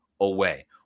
away